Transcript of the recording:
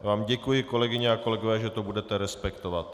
Já vám děkuji, kolegyně a kolegové, že to budete respektovat.